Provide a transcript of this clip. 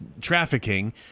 trafficking